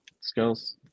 skills